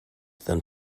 than